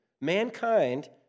mankind